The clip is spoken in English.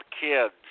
kids